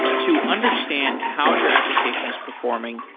to understand how your application is performing,